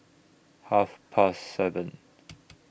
Half Past seven